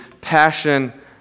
passion